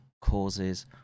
causes